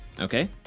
Okay